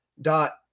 dot